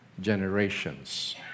generations